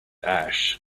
ash